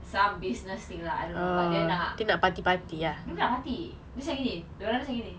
some business thing lah I don't know but dia nak dia orang tak party dia macam gini orang dia macam gini